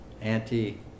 anti